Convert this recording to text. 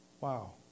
wow